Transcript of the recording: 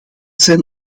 zijn